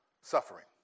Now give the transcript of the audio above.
suffering